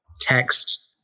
text